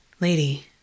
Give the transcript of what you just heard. Lady